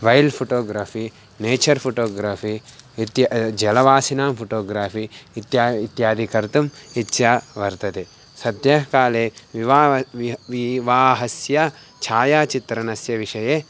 wild photography nature photography इत्येतत् जलवासिनां photography इत्यादि इत्यादि कर्तुम् इच्छा वर्तते सद्यः काले विवाहः वा विवाहस्य छायाचित्रणस्य विषये